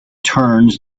turns